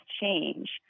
change